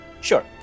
Sure